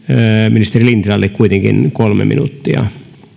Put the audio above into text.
ministeri lintilälle kuitenkin kolme minuuttia